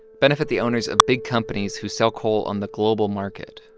benefit the owners of big companies who sell coal on the global market,